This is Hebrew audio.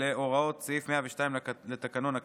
להוראות סעיף 102 לתקנון הכנסת,